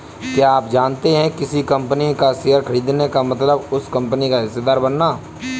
क्या आप जानते है किसी कंपनी का शेयर खरीदने का मतलब उस कंपनी का हिस्सेदार बनना?